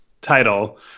title